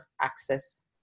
access